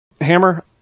Hammer